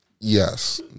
Yes